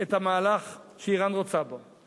את המהלך שאירן רוצה בו.